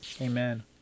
Amen